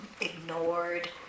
ignored